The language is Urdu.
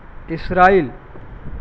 اسرائیل